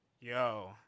Yo